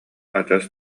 адьас